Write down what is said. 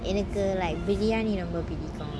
என்னக்கு:ennaku like biryani ரொம்ப பிடிக்கும்:romba pidikum